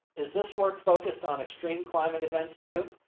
is this work focused on extreme climate events, too?